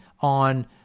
on